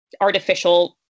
artificial